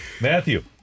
Matthew